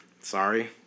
sorry